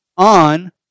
on